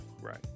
Right